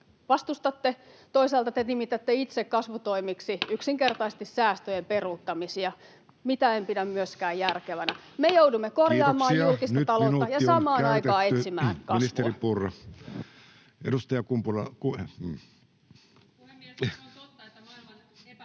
vastustatte. Toisaalta te nimitätte itse kasvutoimiksi yksinkertaisesti säästöjen peruuttamisia, mitä en pidä myöskään järkevänä. Me joudumme korjaamaan... ...julkista taloutta ja samaan aikaan etsimään kasvua.